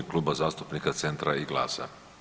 Kluba zastupnika Centra i GLAS-a.